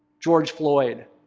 george floyd,